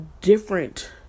different